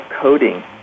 coding